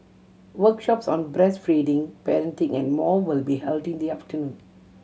workshops on breastfeeding parenting and more will be held in the afternoon